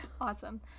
Awesome